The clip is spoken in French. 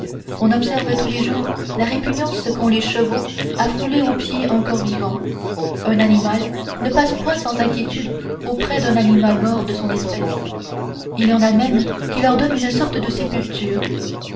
on observe tous les jours la répugnance qu'ont les chevaux à fouler aux pieds un corps vivant un animal ne passe point sans inquiétude auprès d'un animal mort de son espèce il y en a même qui leur donnent une sorte de sépulture